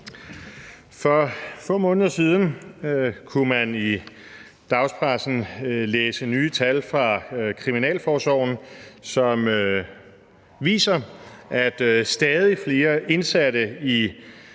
For få måneder siden kunne man i dagspressen læse nye tal fra kriminalforsorgen, som viser, at stadig flere indsatte i